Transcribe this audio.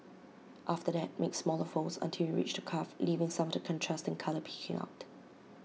after that make smaller folds until you reach the cuff leaving some of the contrasting colour peeking out